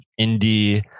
indie